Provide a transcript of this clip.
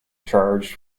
charged